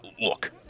Look